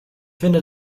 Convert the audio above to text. finde